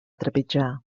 trepitjar